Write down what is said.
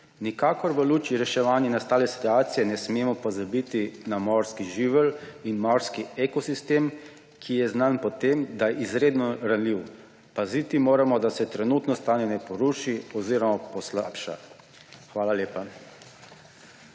Nikakor v luči reševanje nastale situacije ne smemo pozabiti na morski živelj in morski ekosistem, ki je znan po tem, da je izredno ranljiv. Paziti moramo, da se trenutno stanje ne poruši oziroma poslabša. Hvala lepa.